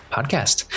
Podcast